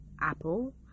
apple